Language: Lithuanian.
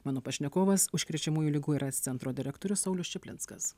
mano pašnekovas užkrečiamųjų ligų ir aids centro direktorius saulius čaplinskas